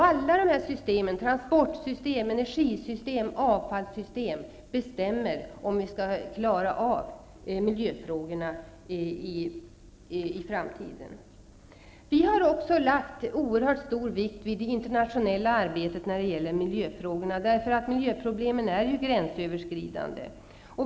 Alla system, transportsystem, energisystem och avfallssystem, är styrande för om vi skall klara av miljöfrågorna i framtiden. Vi har också lagt oerhört stor vikt vid det internationella arbetet när det gäller miljöfrågorna, eftersom miljöproblemen ju är gränsöverskridande.